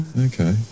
Okay